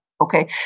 okay